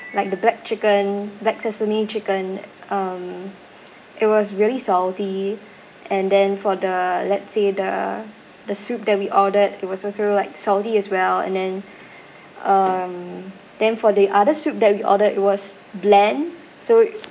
like the black chicken black sesame chicken um it was really salty and then for the let's say the the soup that we ordered it was also like salty as well and then um then for the other soup that we ordered it was bland so